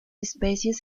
especies